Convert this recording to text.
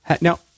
Now